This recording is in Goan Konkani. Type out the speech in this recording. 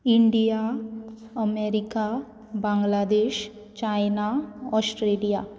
India America Bangladesh China Australia